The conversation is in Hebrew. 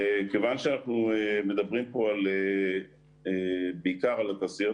כיוון שאנחנו מדברים פה בעיקר על התעשיות